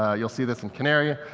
ah you'll see this and canary,